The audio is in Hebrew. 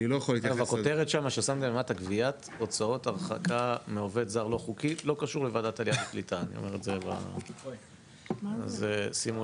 כי אני יודע שהייתה דרישה, אני חושב שגם